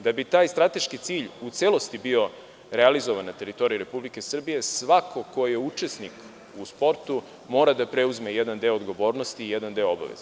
Da bi taj strateški cilj u celosti bio realizovan na teritoriji Republike Srbije, svako ko je učesnik u sportu mora da preuzme jedan deo odgovornosti i jedan deo obaveza.